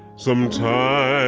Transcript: sometimes